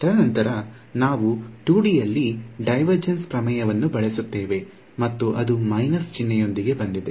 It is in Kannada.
ತದನಂತರ ನಾವು 2 ಡಿ ಯಲ್ಲಿ ಡೈವರ್ಜೆನ್ಸ್ ಪ್ರಮೇಯವನ್ನು ಬಳಸುತ್ತೇವೆ ಮತ್ತು ಅದು ಮೈನಸ್ ಚಿಹ್ನೆಯೊಂದಿಗೆ ಬಂದಿದೆ